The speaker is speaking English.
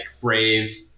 Brave